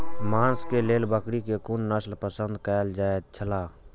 मांस के लेल बकरी के कुन नस्ल पसंद कायल जायत छला?